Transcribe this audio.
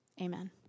Amen